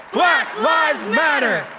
black lives matter.